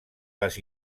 les